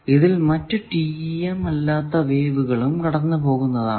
ഇതിൽ മറ്റു TEM അല്ലാത്ത വേവുകളും കടന്നു പോകുന്നതാണ്